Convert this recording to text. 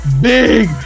big